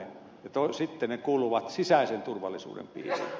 sitten ne kuuluvat sisäisen turvallisuuden piiriin